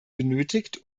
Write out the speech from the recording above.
benötigt